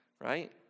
Right